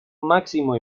máximo